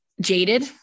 jaded